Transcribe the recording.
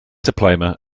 diploma